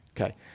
Okay